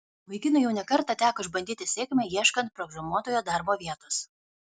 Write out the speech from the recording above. vaikinui jau ne kartą teko išbandyti sėkmę ieškant programuotojo darbo vietos